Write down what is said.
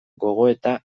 gogoeta